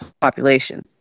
population